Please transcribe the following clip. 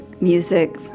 music